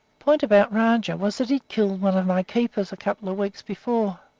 point about rajah was that he'd killed one of my keepers a couple of weeks before.